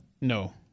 No